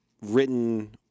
written